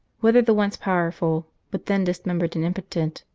whether the once powerful, but then dis membered and impotent,